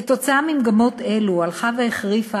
כתוצאה ממגמות אלו הלכה והחריפה,